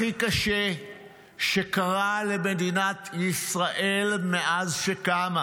הכי קשה שקרה למדינת ישראל מאז שקמה,